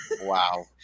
Wow